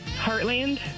Heartland